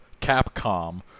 Capcom